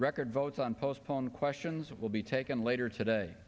record votes on postpone questions will be taken later today